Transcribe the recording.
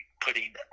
putting